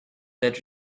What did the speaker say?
that